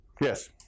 Yes